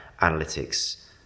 analytics